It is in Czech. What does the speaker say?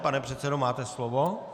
Pane předsedo, máte slovo.